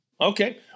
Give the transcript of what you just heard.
Okay